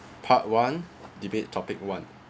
part one debate topic one